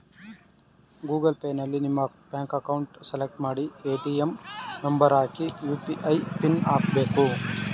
Google ಪೇಯಲ್ಲಿ ನಮ್ಮ bank account select ಮಾಡಿ ಎ.ಟಿ.ಎಂ ನಂಬರ್ ಹಾಕಿ ಯು.ಪಿ.ಐ ಪಿನ್ ಹಾಕ್ಬೇಕು